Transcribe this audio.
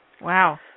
Wow